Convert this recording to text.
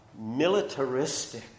militaristic